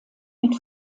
mit